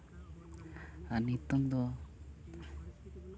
ᱟᱨ ᱱᱤᱛᱳᱝ ᱫᱚ